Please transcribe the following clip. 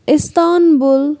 Istanbul